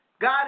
God